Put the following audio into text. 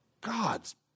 God's